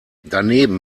daneben